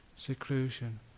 seclusion